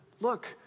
look